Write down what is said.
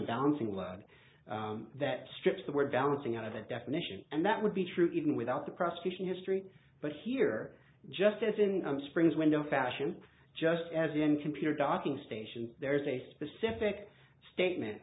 thing loud that strips the word balancing out of the definition and that would be true even without the prosecution history but here just as in springs window fashion just as in computer docking station there is a specific statement